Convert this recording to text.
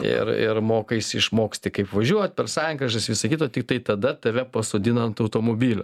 ir ir mokaisi išmoksti kaip važiuot per sankryžas visa kita tiktai tada tave pasodina ant automobilio